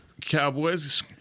Cowboys